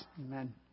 amen